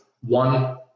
One